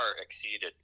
exceeded